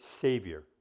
Savior